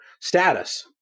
status